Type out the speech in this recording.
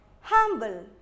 Humble